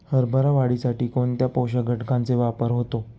हरभरा वाढीसाठी कोणत्या पोषक घटकांचे वापर होतो?